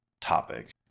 topic